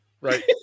right